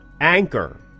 Anchor